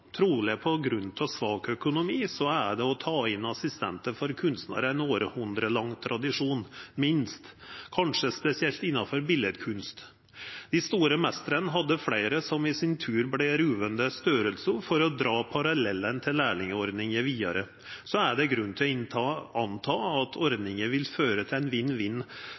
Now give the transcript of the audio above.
svak økonomi, er det å ta inn assistentar for kunstnarar ein hundreår lang tradisjon, minst, kanskje spesielt innanfor biletkunst. Dei store meistrane hadde fleire som i sin tur vart ruvande størrelsar – for å dra parallellane til lærlingordninga vidare. Så det er grunn til å tru at ordninga vil føra til ein